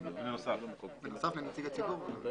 ארגון עובדים גם במכרז פנימי וגם במכרז חיצוני פומבי.